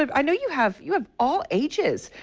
um i know you have you have all ages.